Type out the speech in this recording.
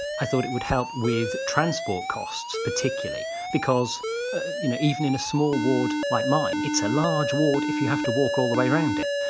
i thought it would help with transport costs, particularly, because you know even in a small ward like mine it's a large ward if you have to walk all the way round it.